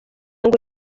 ngo